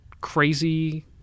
crazy